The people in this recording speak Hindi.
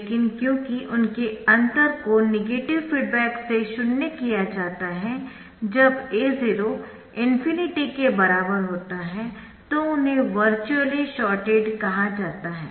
लेकिन क्योंकि उनके अंतर को नेगेटिव फीडबैक से शून्य किया जाता है जब A0 ∞ के बराबर होता है तो उन्हें वर्चुअली शॉर्टेड कहा जाता है